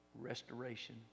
Restoration